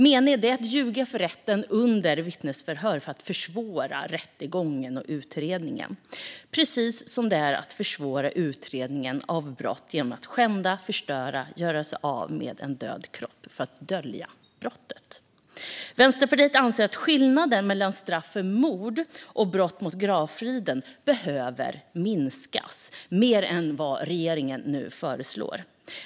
Mened är att ljuga för rätten under vittnesförhör för att försvåra utredning och rättegång - precis som det är att försvåra utredningen av brottet genom att skända, förstöra och göra sig av med en död kropp för att dölja brottet. Vänsterpartiet anser att skillnaden mellan ett straff för mord och brott mot gravfriden behöver minskas mer än vad regeringen nu föreslår.